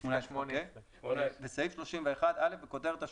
בסעיף 31 - בכותרת השוליים,